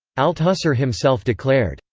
althusser himself declared,